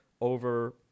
over